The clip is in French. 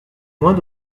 moins